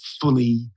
fully